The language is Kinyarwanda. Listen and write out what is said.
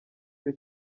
cyo